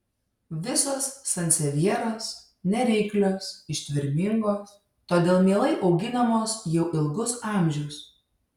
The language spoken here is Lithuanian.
visos sansevjeros nereiklios ištvermingos todėl mielai auginamos jau ilgus amžius